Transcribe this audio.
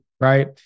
right